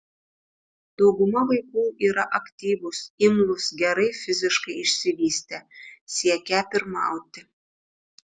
dauguma vaikų yra aktyvūs imlūs gerai fiziškai išsivystę siekią pirmauti